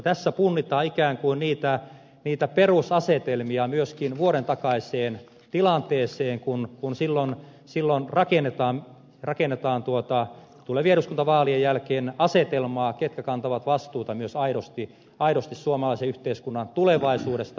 tässä punnitaan ikään kuin niitä perusasetelmia myöskin tilanteeseen vuoden kuluttua kun silloin rakennetaan tulevien eduskuntavaalien jälkeen asetelmaa ketkä kantavat vastuuta myös aidosti suomalaisen yhteiskunnan tulevaisuudesta